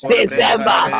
December